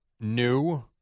new